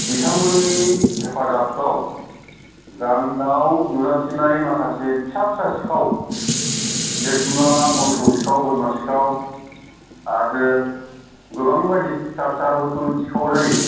बिथांमोननि हेफाजाबाव गामियाव नुजाथिनाय माखासे फिसा फिसा सिखाव बे नङाब्ला मोसौ सिखाव बोरमा सिखाव आरो गोबां बायदि फिसा फिसा बुस्थुनि सिखाव जायो